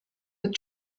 with